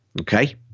Okay